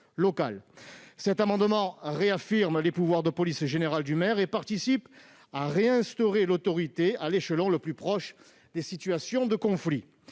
Cet amendement vise à réaffirmer les pouvoirs de police générale du maire et à réinstaurer l'autorité à l'échelon le plus proche des situations de conflit.